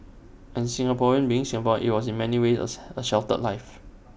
and Singapore being Singapore IT was in many ways A A sheltered life